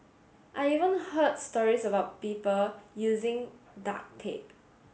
I even heard stories about people using duct tape